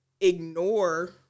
ignore